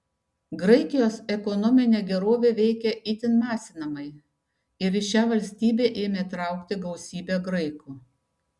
graikijos ekonominė gerovė veikė itin masinamai ir į šią valstybę ėmė traukti gausybė graikų